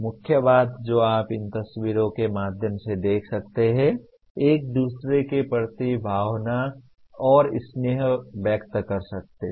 मुख्य बात जो आप इन तस्वीरों के माध्यम से देख सकते हैं एक दूसरे के प्रति भावना और स्नेह व्यक्त कर रहे हैं